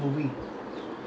I don't know that